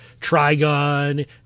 Trigon